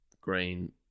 green